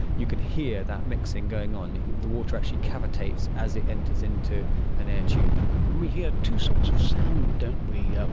you can hear that mixing going on. the water actually cavitates as it enters into an air tube. and we hear two sorts of sound, don't we. ah